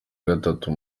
gatatu